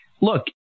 Look